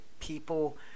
people